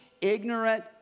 ignorant